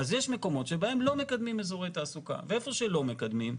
אז יש מקומות שבהם לא מקדמים אזורי תעסוקה ואיפה שלא מקדמים,